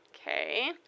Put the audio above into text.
Okay